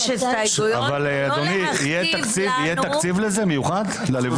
אבל, אדוני, יהיה תקציב מיוחד ללבוש?